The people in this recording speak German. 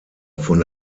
von